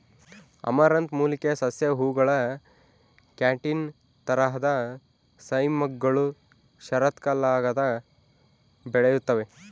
amaranth ಮೂಲಿಕೆಯ ಸಸ್ಯ ಹೂವುಗಳ ಕ್ಯಾಟ್ಕಿನ್ ತರಹದ ಸೈಮ್ಗಳು ಶರತ್ಕಾಲದಾಗ ಬೆಳೆಯುತ್ತವೆ